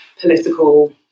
political